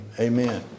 Amen